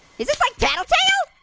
is this like tattletale?